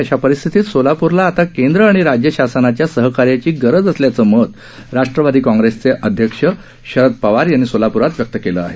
अशा परिस्थितीत सोलापूरला आता केंद्र आणि राज्यशासनाच्या सहकार्याची गरज असल्याचं मत राष्ट्रवादी काँग्रेसचे अध्यक्ष शरद पवार यांनी सोलाप्रात व्यक्त केलं आहे